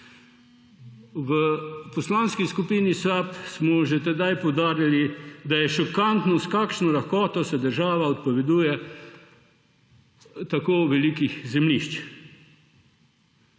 V Poslanski skupini SAB smo že tedaj poudarjali, da je šokantno, s kakšno lahkoto se država odpoveduje tako velikim zemljiščem,